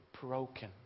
broken